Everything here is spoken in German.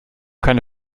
keine